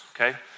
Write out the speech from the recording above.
okay